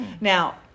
Now